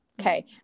okay